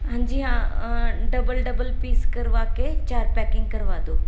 ਹਾਂਜੀ ਹਾਂ double double piece ਕਰਵਾ ਕੇ ਚਾਰ ਪੈਕਿੰਗ ਕਰਵਾ ਦੋ